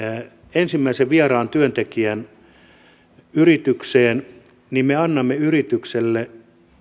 ensimmäisen vieraan työntekijän yritykseen niin me annamme yritykselle